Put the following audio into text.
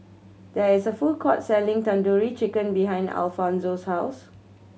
there is a food court selling Tandoori Chicken behind Alfonzo's house